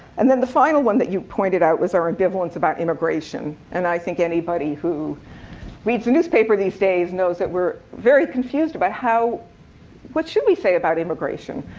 and then the final one that you pointed out was our ambivalence about immigration. and i think anybody who reads a newspaper these days knows that we're very confused about what should we say about immigration.